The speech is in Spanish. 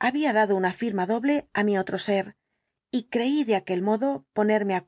había dado una firma doble á mi otro ser y creí de aquel modo ponerme á